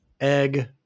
egg